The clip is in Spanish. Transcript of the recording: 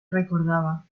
recordaba